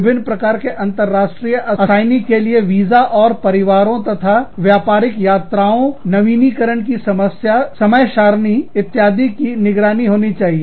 विभिन्न प्रकार के अंतरराष्ट्रीय असाइनी के लिए वीजा और परिवारों तथा व्यापारिक यात्राओं नवीनीकरण की समयसारणी इत्यादि की निगरानी होनी चाहिए